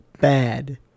bad